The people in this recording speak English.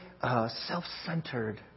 self-centered